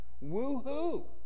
Woo-hoo